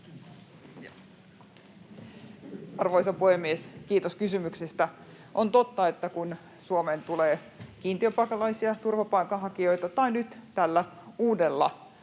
Arvoisa puhemies! Kiitos kysymyksistä. On totta, että kun Suomeen tulee kiintiöpakolaisia, turvapaikanhakijoita tai nyt tällä uudella